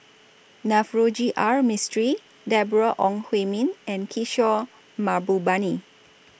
Navroji R Mistri Deborah Ong Hui Min and Kishore Mahbubani